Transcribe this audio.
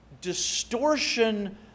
distortion